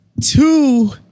Two